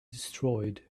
destroyed